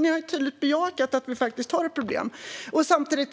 Ni har ju tydligt bejakat att vi faktiskt har ett problem.